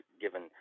given